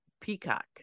Peacock